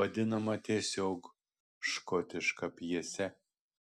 vadinama tiesiog škotiška pjese